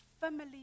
family